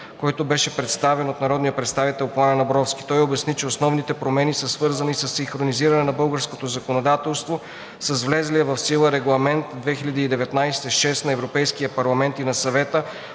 който беше представен от народния представител Пламен Абровски. Той обясни, че основните промени са свързани със синхронизиране на българското законодателство с влезлия в сила Регламент 2019/6 на Европейския парламент и на Съвета